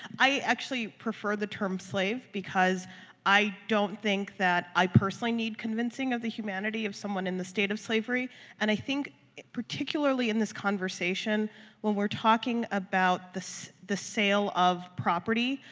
i actually prefer the term slave because i don't think that i personally need convincing of the humanity of someone in the state of slavery and i think particularly in this conversation when we're talking about the sale of property,